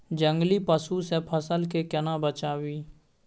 जंगली पसु से फसल के केना बचावी?